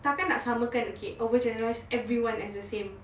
takkan nak sama okay over generous everyone as the same